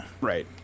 right